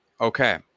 okay